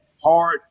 hard